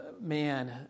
Man